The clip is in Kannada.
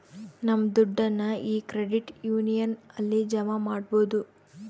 ನಮ್ ದುಡ್ಡನ್ನ ಈ ಕ್ರೆಡಿಟ್ ಯೂನಿಯನ್ ಅಲ್ಲಿ ಜಮಾ ಮಾಡ್ಬೋದು